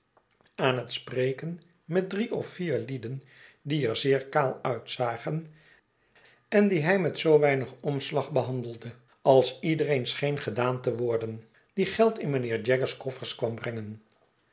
aan het spreken met drie of vier lieden die er zeer kaal uitzagen en die hij met zoo weinig omslag behandelde als iedereen scheen gedaan te worden die geld in mijnheer jaggers koffers kwam brengen